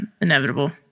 inevitable